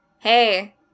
Hey